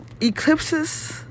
eclipses